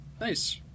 Nice